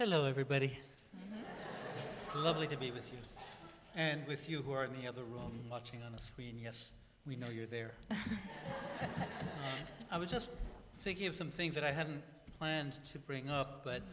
hello everybody lovely to be with you and with you who are the other room watching on the screen yes we know you're there i was just thinking of some things that i hadn't planned to bring up but